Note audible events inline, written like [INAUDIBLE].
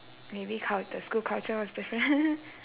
maybe cult~ the school culture was different [LAUGHS]